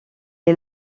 est